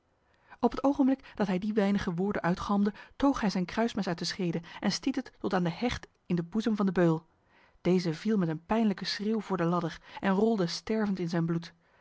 op het ogenblik dat hij die weinige woorden uitgalmde toog hij zijn kruismes uit de schede en stiet het tot aan de hecht in de boezem van de beul deze viel met een pijnlijke schreeuw voor de ladder en rolde stervend in zijn bloed